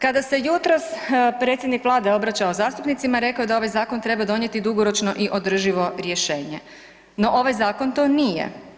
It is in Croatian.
Kada se jutros predsjednik Vlade obraćao zastupnicima, rekao je da ovaj zakon treba donijeti dugoročno i održivo rješenje, no ovaj zakon to nije.